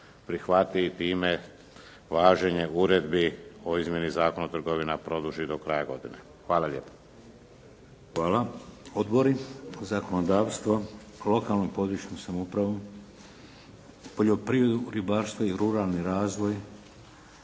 prihvati i time važenje Uredbi o izmjeni Zakona o trgovini produži do kraja godine. Hvala lijepo. **Šeks, Vladimir (HDZ)** Hvala. Odbori. Zakonodavstvo? Lokalnu i područnu samoupravu? Poljoprivredu, ribarstvo i ruralni razvoj?